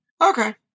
Okay